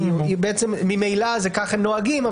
ממילא כך הם נוהגים,